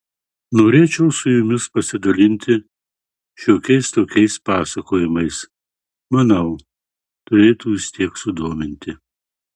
norėčiau su jumis pasidalinti šiokiais tokiais pasakojimais manau turėtų vis tiek sudominti